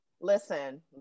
Listen